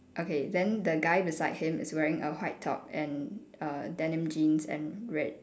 okay then the guy beside him is wearing a white top and uh denim jeans and red